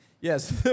Yes